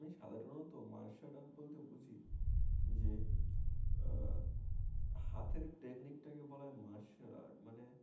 আমি সাধারণত martial art বলতে বুঝি যে হাতের টেকনিকটাকে বলা হয় মার্শাল আর্ট মানে